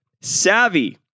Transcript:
Savvy